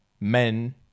men